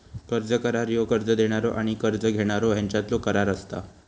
कर्ज करार ह्यो कर्ज देणारो आणि कर्ज घेणारो ह्यांच्यातलो करार असता